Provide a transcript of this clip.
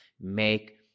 make